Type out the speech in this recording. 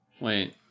Wait